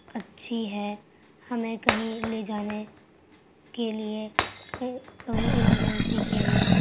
اچھی ہے ہمیں کہیں لے جانے کے لیے کہ کوئی ایمرجنسی کے لیے